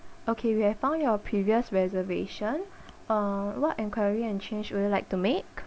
okay we have found your previous reservation uh what enquiry and change would you like to make